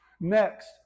Next